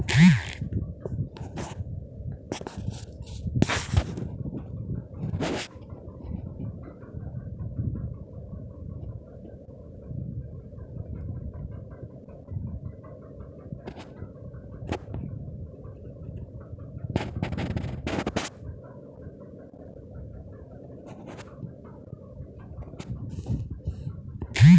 इ तरीका से खेत में कुछ जगह छोर के फौवारा बना के सिंचाई कईल जाला